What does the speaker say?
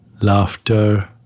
laughter